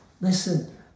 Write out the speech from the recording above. Listen